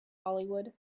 hollywood